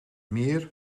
meer